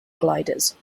gliders